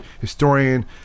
historian